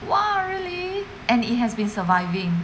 !wah! really and it has been surviving